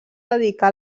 dedicà